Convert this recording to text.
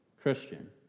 Christian